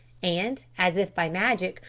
and, as if by magic,